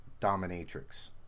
dominatrix